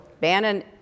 Bannon